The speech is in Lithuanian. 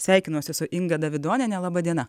sveikinuosi su inga davidoniene laba diena